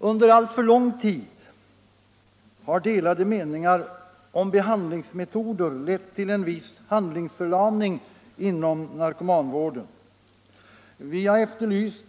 Under alltför lång tid har delade meningar om behandlingsmetoder lett till en viss handlingsförlamning inom narkomanvården. Vi har efterlyst